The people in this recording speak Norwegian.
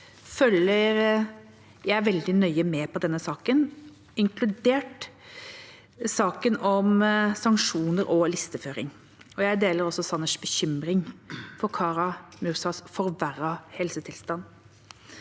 jeg veldig nøye med på denne saken, inkludert saken om sanksjoner og listeføring. Jeg deler også Sanners bekymring for Kara-Murzas forverrede helsetilstand.